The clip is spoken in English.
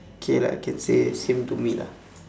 K lah can say same to me lah